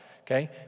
Okay